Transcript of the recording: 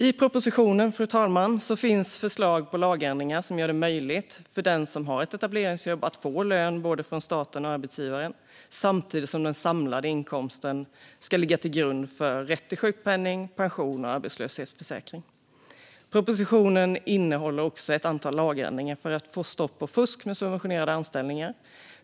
I propositionen, fru talman, finns förslag på lagändringar som gör det möjligt för den som har ett etableringsjobb att få lön från både staten och arbetsgivaren, samtidigt som den samlade inkomsten ska ligga till grund för rätt till sjukpenning, pension och arbetslöshetsförsäkring. Propositionen innehåller också ett antal lagändringar för att få stopp på fusk med subventionerade anställningar.